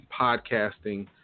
podcasting